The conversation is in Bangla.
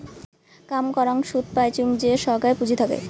কাম করাং সুদ পাইচুঙ যে সোগায় পুঁজি থাকে